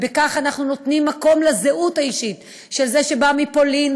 ובכך אנחנו נותנים מקום לזהות האישית של זה שבא מפולין,